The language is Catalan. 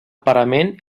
parament